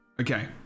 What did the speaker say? Okay